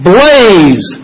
Blaze